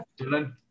Dylan